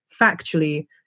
factually